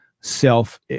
self